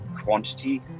quantity